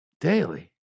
Daily